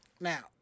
Now